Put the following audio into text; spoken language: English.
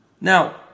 Now